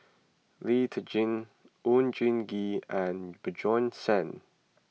Lee Tjin Oon Jin Gee and Bjorn Shen